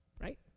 Right